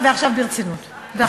ועכשיו ברצינות.